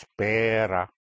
espera